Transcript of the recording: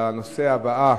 לנושא הבא,